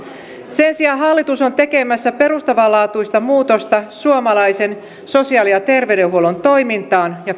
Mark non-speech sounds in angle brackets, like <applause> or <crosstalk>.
sen sijaan hallitus on tekemässä perustavanlaatuista muutosta suomalaisen sosiaali ja terveydenhuollon toimintaan ja <unintelligible>